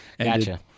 Gotcha